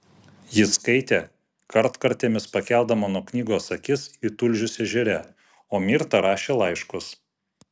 ji skaitė kartkartėmis pakeldama nuo knygos akis į tulžius ežere o mirta rašė laiškus